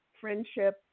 friendship